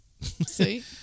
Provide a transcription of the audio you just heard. See